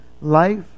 life